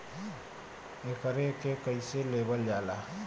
एकरके कईसे लेवल जाला?